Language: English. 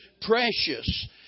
precious